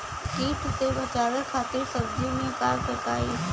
कीट से बचावे खातिन सब्जी में का फेकाई?